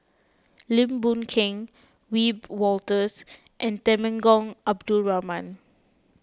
Lim Boon Keng Wiebe Wolters and Temenggong Abdul Rahman